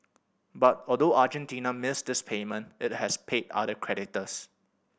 but although Argentina missed this payment it has paid other creditors